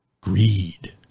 greed